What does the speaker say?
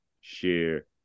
Share